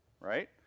right